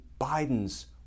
Biden's